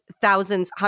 thousands